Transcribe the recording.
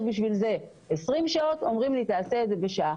בשביל זה 20 שעות ואומרים לי לעשות בשעה